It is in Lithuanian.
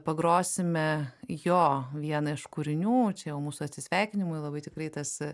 pagrosime jo vieną iš kūrinių čia jau mūsų atsisveikinimui labai tikrai tas